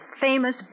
famous